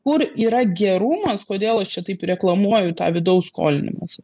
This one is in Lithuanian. kur yra gerumas kodėl aš čia taip reklamuoju tą vidaus skolinimąsi